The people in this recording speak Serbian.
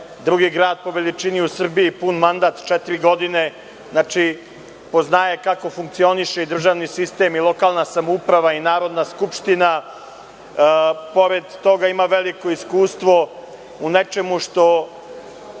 drugi grad po veličini u Srbiji, pun mandat četiri godine, znači, poznaje kako funkcioniše državni sistem i lokalna samouprava i Narodna skupština. Pored toga, ima veliko iskustvo u nečemu što